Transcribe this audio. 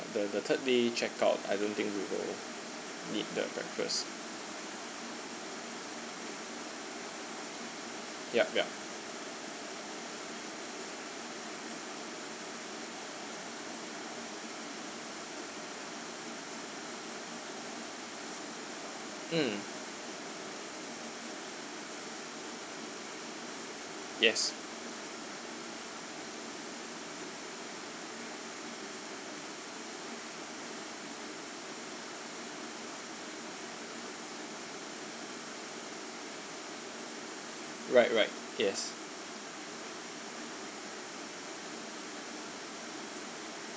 the the third day we check out I don't think we will need the breakfast yup yup um yes